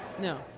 No